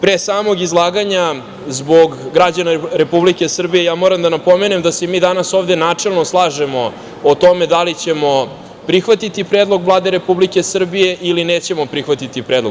Pre samog izlaganja, zbog građana Republike Srbije, ja moram da napomenem da se mi danas ovde načelno slažemo o tome da li ćemo prihvatiti predlog Vlade Republike Srbije ili nećemo prihvatiti predlog.